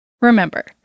Remember